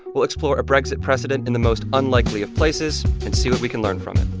we'll explore a brexit precedent in the most unlikely of places and see what we can learn from